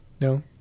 No